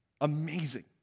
amazing